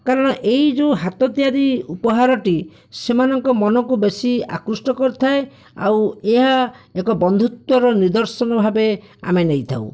କାରଣ ଏହି ଯେଉଁ ହାତ ତିଆରି ଉପହାରଟି ସେମାନଙ୍କ ମନକୁ ବେଶି ଆକୃଷ୍ଟ କରିଥାଏ ଆଉ ଏହା ଏକ ବନ୍ଧୁତ୍ୱର ନିଦର୍ସନ ଭାବେ ଆମେ ନେଇଥାଉ